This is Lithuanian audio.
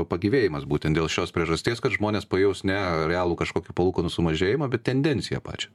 pagyvėjimas būtent dėl šios priežasties kad žmonės pajaus ne realų kažkokį palūkanų sumažėjimą bet tendenciją pačią